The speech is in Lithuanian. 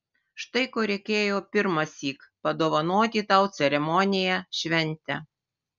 štai ko reikėjo pirmąsyk padovanoti tau ceremoniją šventę